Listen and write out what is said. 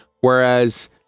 Whereas